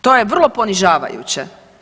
To je vrlo ponižavajuće.